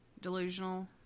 delusional